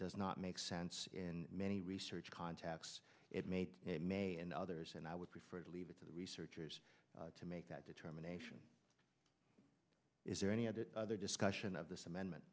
does not make sense in many research contacts it made me and others and i would prefer to leave it to the researchers to make that determination is there any other discussion of this amendment